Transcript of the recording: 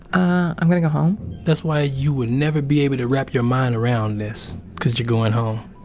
i'm gonna go home that's why you would never be able to wrap your mind around this because you're going home